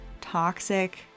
toxic